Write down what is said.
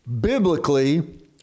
Biblically